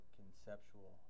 conceptual